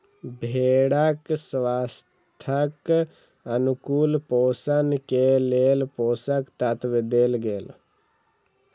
भेड़क स्वास्थ्यक अनुकूल पोषण के लेल पोषक तत्व देल गेल